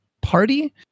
party